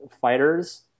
fighters